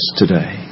today